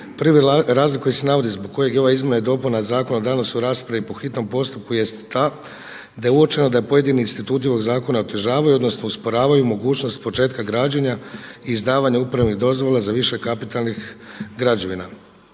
prvi razlog koji se navodi zbog kojeg je ova izmjena i dopunama zakona danas u raspravi po hitnom postupku jest ta je uočeno da pojedini instituti ovog zakona otežavaju odnosno usporavaju mogućnost početka građenja i izdavanja uporabnih dozvola za više kapitalnih građevina.